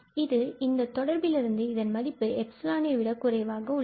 இது இந்த தொடர்பிலிருந்து இதன் மதிப்பு 𝜖 விட குறைவாக உள்ளது